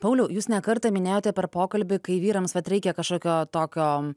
pauliau jūs ne kartą minėjote per pokalbį kai vyrams vat reikia kažkokio tokio